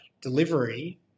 delivery